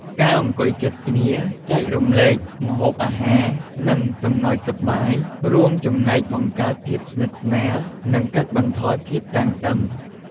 ការអង្គុយជិតគ្នា ចែករំលែកម្ហូបអាហារ និងសំណើចសប្បាយ រួមចំណែកបង្កើតភាពស្និទ្ធស្នាល និងកាត់បន្ថយភាពតានតឹង។